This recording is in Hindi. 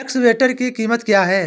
एक्सकेवेटर की कीमत क्या है?